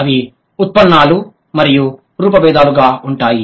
అవి ఉత్పన్నాలు మరియు రూపభేదాలుగా ఉంటాయి